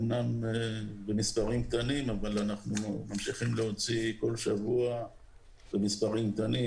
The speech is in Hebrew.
אמנם במספרים קטנים אבל אנחנו ממשיכים להוציא כל שבוע במספרים קטנים,